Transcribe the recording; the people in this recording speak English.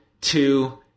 two